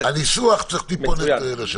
את הניסוח צריך לשנות מעט.